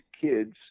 kids